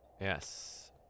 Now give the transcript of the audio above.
Yes